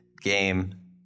game